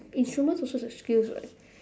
instruments also is a skills [what]